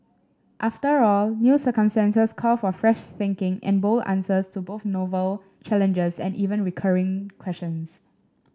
after all new circumstances call for fresh thinking and bold answers to both novel challenges and even recurring questions